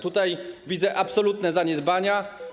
Tutaj widzę absolutne zaniedbania.